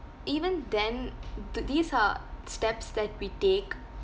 even then th~ these are steps that we take